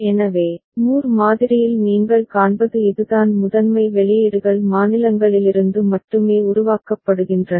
எனவே மூர் மாதிரியில் நீங்கள் காண்பது இதுதான் முதன்மை வெளியீடுகள் மாநிலங்களிலிருந்து மட்டுமே உருவாக்கப்படுகின்றன